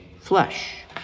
flesh